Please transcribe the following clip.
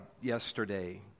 yesterday